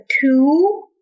two